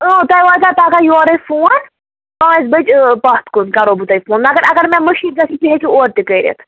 تۄہہِ واتہِ پگاہ یورٕے فون پانٛژِ بَجہِ پَتھ کُن کرو بہٕ تۄہہِ فون مگر اگر مےٚ مُشِتھ گژھِ تُہۍ ہٮ۪کِو اورٕ تہِ کٔرِتھ